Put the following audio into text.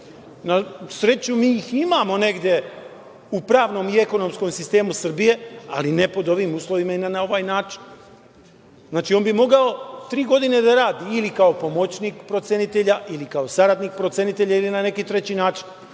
Na sreću, mi ih imamo negde u pravnom i ekonomskom sistemu Srbije, ali ne pod ovim uslovima i na ovaj način. Znači, on bi mogao tri godine da radi ili kao pomoćnik procenitelja, ili kao saradnik procenitelja ili na neki treći način,